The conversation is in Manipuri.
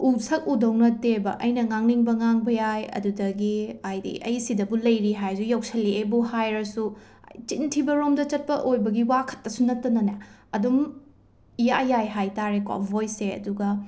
ꯎ ꯁꯛ ꯎꯗꯧ ꯅꯠꯇꯦꯕ ꯑꯩꯅ ꯉꯥꯡꯅꯤꯡꯕ ꯉꯥꯡꯕ ꯌꯥꯏ ꯑꯗꯨꯗꯒꯤ ꯍꯥꯏꯗꯤ ꯑꯩ ꯁꯤꯗ ꯂꯩꯔꯤꯕꯨ ꯍꯥꯏꯔꯁꯨ ꯌꯧꯁꯜꯂꯑꯦꯕꯨ ꯍꯥꯏꯔꯁꯨ ꯆꯤꯟ ꯊꯤꯕꯔꯣꯝꯗ ꯆꯠꯄ ꯑꯣꯏꯕꯒꯤ ꯋꯥ ꯈꯠꯇꯁꯨ ꯅꯠꯇꯅꯅꯦ ꯑꯗꯨꯝ ꯏꯌꯥ ꯌꯥꯏ ꯍꯥꯏ ꯇꯦꯔꯦꯀꯣ ꯚꯣꯏꯁ ꯁꯦ ꯑꯗꯨꯒ